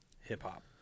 hip-hop